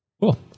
cool